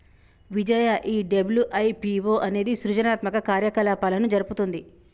విజయ ఈ డబ్ల్యు.ఐ.పి.ఓ అనేది సృజనాత్మక కార్యకలాపాలను జరుపుతుంది